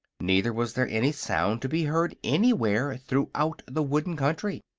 neither was there any sound to be heard anywhere throughout the wooden country.